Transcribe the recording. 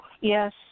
Yes